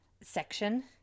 section